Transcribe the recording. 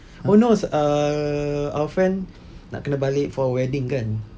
oh no uh our friend nak kena balik for a wedding kan